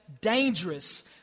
dangerous